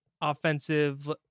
offensive